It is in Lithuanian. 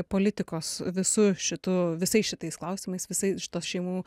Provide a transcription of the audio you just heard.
politikos visu šitu visais šitais klausimais visai šitos šeimų